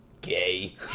Gay